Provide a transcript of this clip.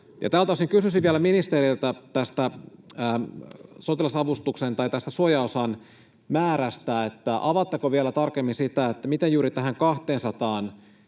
Tältä osin kysyisin vielä ministeriltä tästä suojaosan määrästä: avaatteko vielä tarkemmin sitä, miten juuri tähän 200